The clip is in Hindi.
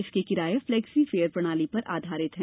इसके किराये फ्लेक्सी फेयर प्रणाली पर आधारित हैं